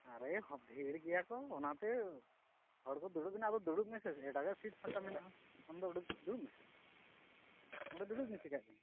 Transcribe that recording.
ᱟᱨᱮ ᱵᱷᱤᱲ ᱜᱮᱭᱟ ᱠᱚ ᱚᱱᱟᱛᱮ ᱦᱚᱲᱠᱚ ᱫᱩᱲᱩᱵ ᱮᱱᱟ ᱟᱫᱚ ᱫᱩᱲᱩᱵ ᱢᱮᱥᱮ ᱮᱴᱟᱜᱟᱜ ᱥᱤᱴ ᱯᱷᱟᱸᱠᱟ ᱢᱮᱱᱟᱜᱼᱟ ᱟᱢ ᱫᱚ ᱚᱸᱰᱮ ᱫᱩᱲᱩᱵ ᱢᱮᱥᱮ ᱚᱸᱰᱮ ᱢᱮ ᱪᱤᱠᱟᱹᱜ ᱠᱟᱱᱟᱢ